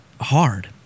hard